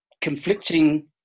conflicting